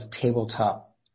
tabletop